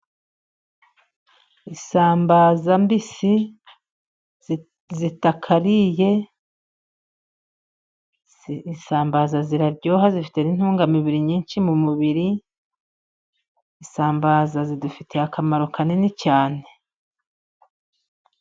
Isambaza mbisi zitakariye, isambaza ziraryoha zifite intungamubiri nyinshi mu mubiri, isambaza zidufitiye akamaro kanini cyane.